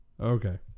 okay